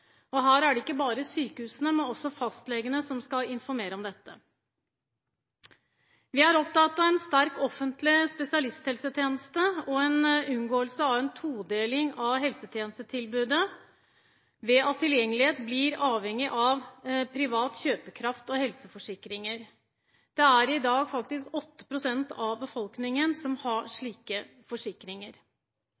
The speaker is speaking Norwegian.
Det er ikke bare sykehusene, men også fastlegene som skal informere om dette. Vi er opptatt av en sterk offentlig spesialisthelsetjeneste og en unngåelse av en todeling av helsetjenestetilbudet ved at tilgjengelighet blir avhengig av privat kjøpekraft og helseforsikringer. Det er i dag faktisk 8 pst. av befolkningen som har